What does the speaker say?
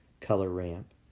color ramp,